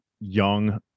young